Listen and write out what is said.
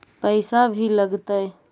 पैसा भी लगतय?